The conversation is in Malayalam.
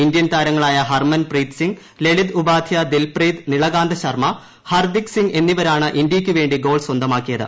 ഇൻഡ്യൻ താരങ്ങളായ ഹർമൻ പ്രീത് സിംഗ് ലളിത് ഉപാധ്യ ദിൽപ്രീത് നിളകാന്ത ശർമ്മ ഹാർദ്ദിക് സിംഗ് എന്നിവരാണ് ഇന്ത്യയ്ക്ക് വേണ്ടി ഗോൾ സ്വന്തമാക്കിയത്